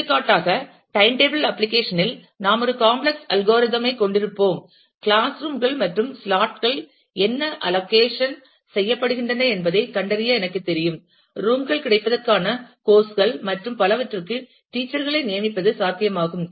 எடுத்துக்காட்டாக time table application இல் நாம் ஒரு காம்ப்ளக்ஸ் அல்காரிதம் ஐ கொண்டிருப்போம் கிளாஸ் ரூம் கள் மற்றும் ஸ்லாட் கள் என்ன அலோகேஷன் செய்யப்படுகின்றன என்பதைக் கண்டறிய எனக்குத் தெரியும் ரூம் கள் கிடைப்பதற்கான கோரஸ் கள் மற்றும் பலவற்றிற்கு டீச்சர் களை நியமிப்பது சாத்தியமாகும்